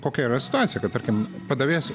kokia yra situacija kad tarkim padavėjas